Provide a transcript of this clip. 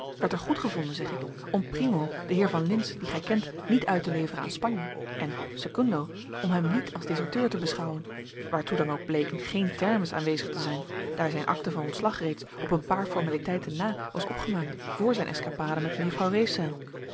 werd er goedgevonden zeg ik om primo den heer van lintz dien gij kent niet uit te leveren aan spanje en secundo om hem niet als deserteur te beschouwen waartoe dan ook bleken geene termes aanwezig te zijn daar zijn akte van ontslag reeds op een paar formaliteiten na was opgemaakt voor zijn escapade met